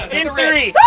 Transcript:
in three,